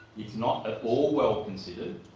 it's not at all well considered,